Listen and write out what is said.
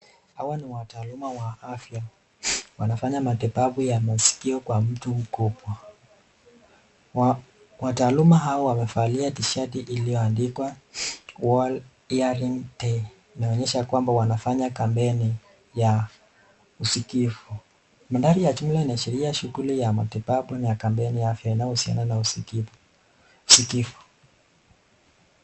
Hawa ni wataaluma wa afya, wanafanya matibabu ya maskio kwa mtu mkubwa, wataaluma hawa wamevalia tisheti iliyoandikwa World hearing day . Inaonyesha kwamba wanafanya kampeni ya usikivu. Mandhari ya jumla inaashiria shughuli ya matibabu na kampeni ya afya inayo husiana na usikivu.